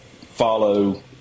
follow